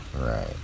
right